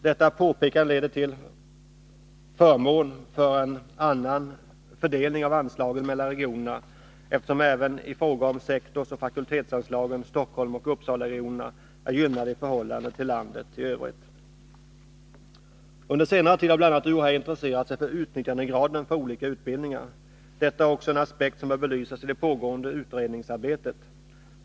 Detta påpekande talar till förmån för en annan fördelning av anslagen mellan regionerna, eftersom även i fråga om sektorsoch fakultetsanslagen Stockholmsoch Uppsalaregionerna är gynnade i förhållande till landet i övrigt. Under senare tid har bl.a. UHÄ intresserat sig för utnyttjandegraden för olika utbildningar. Detta är också en aspekt som bör belysas i det pågående utredningsarbetet.